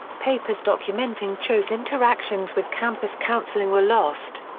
papers documenting cho's interactions with campus counseling were lost.